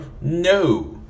No